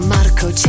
Marco